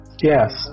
Yes